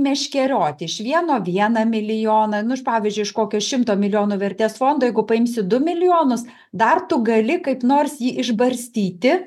meškerioti iš vieno vieną milijoną nu pavyzdžiui iš kokio šimto milijonų vertės fondo jeigu paimsi du milijonus dar tu gali kaip nors jį išbarstyti